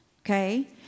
Okay